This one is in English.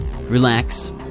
relax